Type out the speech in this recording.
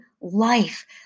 life